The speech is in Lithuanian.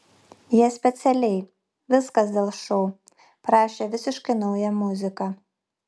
jie specialiai viskas dėl šou parašė visiškai naują muziką